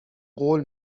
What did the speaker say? قول